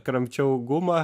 kramčiau gumą